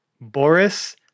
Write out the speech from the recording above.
Boris